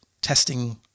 testing